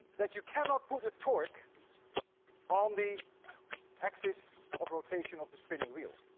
that you cannot put a torque on the axis of rotation of the spinning wheel.